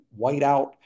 whiteout